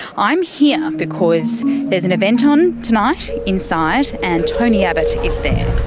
i'm here because there's an event on tonight inside and tony abbott is there.